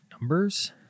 numbers